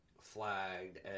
flagged